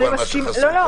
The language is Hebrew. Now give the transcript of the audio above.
אני מסכימה.